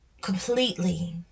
completely